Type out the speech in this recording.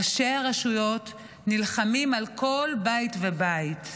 ראשי הרשויות נלחמים על כל בית ובית.